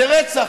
זה רצח".